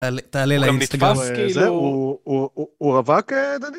אל תעלה לאינסטגרם. הוא נתפס כאילו, הוא הוא רווק.